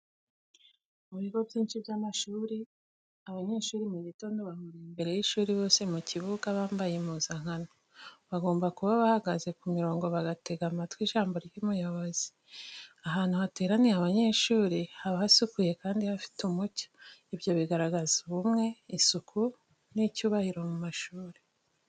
Mu bigo byinshi by'amashuri, abanyeshuri mu gitondo bahurira imbere y'ishuri bose mu kibuga bambaye impuzankano. Bagomba kuba bahagaze ku mirongo bagatega amatwi ijambo ry'umuyobozi. Ahantu hateraniye abanyeshuri, haba hasukuye kandi hafite umucyo, ibyo bigaragaza ubumwe, isuku n'icyubahiro mu mashuri.